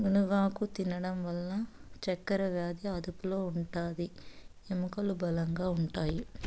మునగాకు తినడం వల్ల చక్కరవ్యాది అదుపులో ఉంటాది, ఎముకలు బలంగా ఉంటాయి